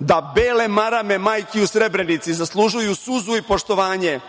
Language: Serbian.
da bele marame majki u Srebrenici zaslužuju suzu i poštovanje,